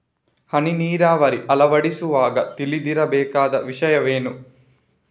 ಹನಿ ನೀರಾವರಿ ಅಳವಡಿಸುವಾಗ ತಿಳಿದಿರಬೇಕಾದ ವಿಷಯವೇನು?